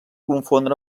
confondre